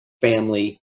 family